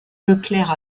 leclercq